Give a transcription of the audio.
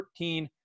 13